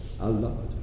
Allah